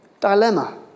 dilemma